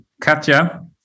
Katja